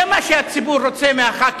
זה מה שהציבור רוצה מחברי